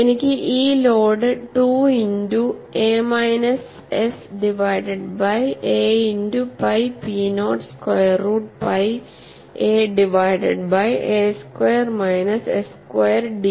എനിക്ക് ഈ load 2 into a minus s divided by a into pi p naught square root pi a divided by a square minus s square ds